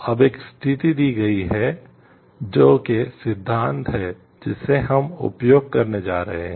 अब एक स्थिति दी गई है जो कि सिद्धांत है जिसे हम उपयोग करने जा रहे हैं